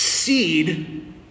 Seed